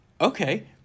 okay